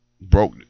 Broke